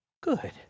good